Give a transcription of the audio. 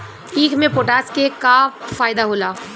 ईख मे पोटास के का फायदा होला?